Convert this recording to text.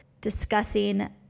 discussing